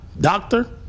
Doctor